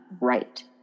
right